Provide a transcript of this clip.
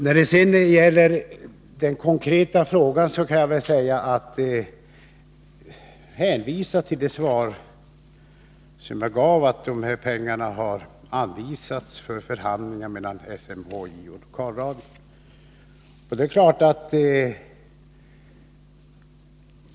När det gäller den konkreta frågan kan jag bara hänvisa till det svar som jag gav, att pengar har anvisats för att underlätta förhandlingarna mellan SMHI och lokalradion.